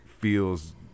feels